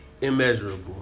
immeasurable